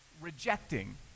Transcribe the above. rejecting